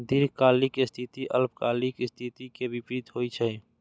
दीर्घकालिक स्थिति अल्पकालिक स्थिति के विपरीत होइ छै